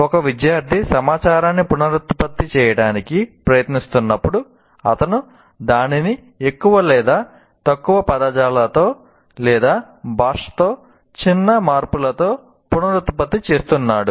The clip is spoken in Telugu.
ఒక విద్యార్థి సమాచారాన్ని పునరుత్పత్తి చేయడానికి ప్రయత్నిస్తున్నప్పుడు అతను దానిని ఎక్కువ లేదా తక్కువ పదజాలంతో లేదా భాషలో చిన్న మార్పులతో పునరుత్పత్తి చేస్తున్నాడు